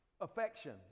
affection